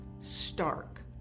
stark